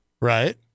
Right